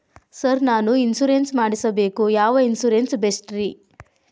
Sir ನಾನು insurance ಮಾಡಿಸಬೇಕು ಯಾವ ಇನ್ಶೂರೆನ್ಸ್ ಬೆಸ್ಟ್ರಿ?